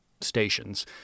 stations